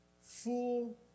full